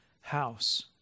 house